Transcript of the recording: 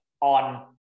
on